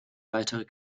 weitere